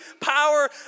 power